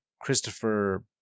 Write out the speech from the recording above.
Christopher